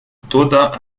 toda